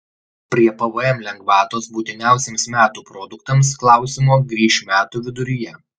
prie pvm lengvatos būtiniausiems metų produktams klausimo grįš metų viduryje